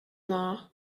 law